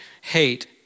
hate